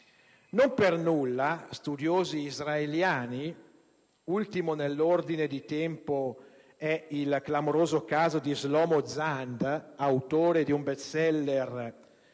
Non per nulla, studiosi israeliani - ultimo nell'ordine di tempo è il clamoroso caso di Shlomo Zand, autore di un *best seller*